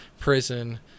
prison